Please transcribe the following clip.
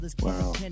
Wow